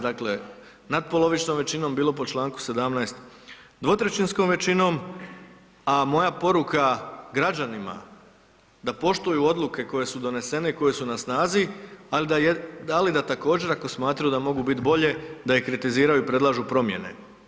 Dakle natpolovičnom većinom, bilo po čl. 17. dvotrećinskom većinom, a moja poruka građanima da poštuju odluke koje su donesene i koje su na snazi, al da, ali da također ako smatraju da mogu bit bolje da ih kritiziraju i predlažu promjene.